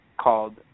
called